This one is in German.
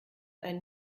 einen